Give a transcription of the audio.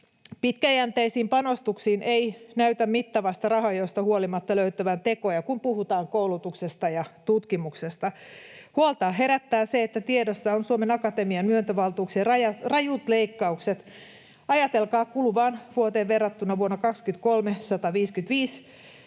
Pitkäjänteisiin panostuksiin ei näytä mittavasta rahanjaosta huolimatta löytyvän tekoja, kun puhutaan koulutuksesta ja tutkimuksesta. Huolta herättää se, että tiedossa ovat Suomen Akatemian myöntövaltuuksien rajut leikkaukset. Ajatelkaa: kuluvaan vuoteen verrattuna 155